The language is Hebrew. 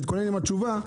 שיתכונן עם התשובה.